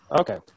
Okay